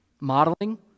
Modeling